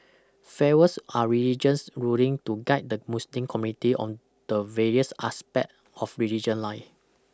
fatwas are religious rulings to guide the Muslim community on the various aspects of religion life